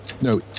No